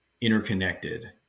interconnected